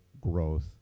growth